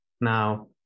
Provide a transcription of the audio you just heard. now